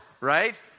Right